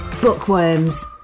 Bookworms